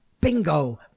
bingo